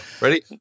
Ready